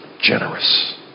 generous